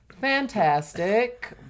fantastic